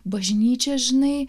bažnyčia žinai